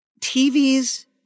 TV's